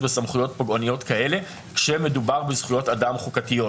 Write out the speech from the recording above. בסמכויות פוגעניות כאלה כשמדובר בזכויות אדם חוקתיות,